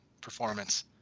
performance